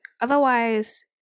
Otherwise